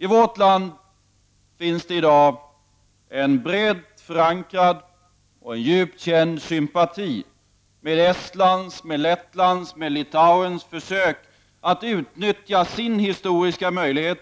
I vårt land finns det i dag en bred, förankrad och djupt känd sympati med Estlands, Lettlands och Litauens försök att utnyttja sin historiska möjlighet